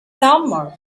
summer